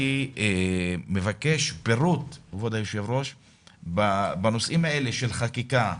אני מבקש פירוט בנושאים האלה של חקיקה,